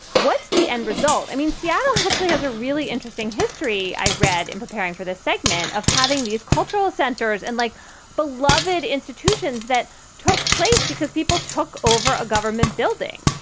what's the end result? i mean, seattle actually has a really interesting history. i read in preparing for this segment of having these cultural centers and like beloved institutions that took place because people took over a government building.